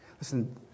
Listen